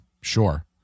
sure